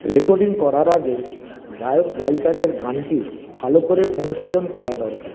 recording করার আগে গায়ক গায়িকাদের গানটি ভাল করে অনুশীলন করা দরকার